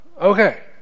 Okay